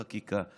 החקיקה.